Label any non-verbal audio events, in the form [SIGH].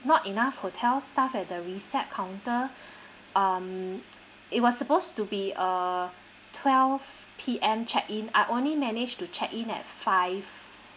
not enough hotel staff at the recept counter [BREATH] um it was supposed to be a twelve P_M check in I only managed to check in at five